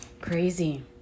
crazy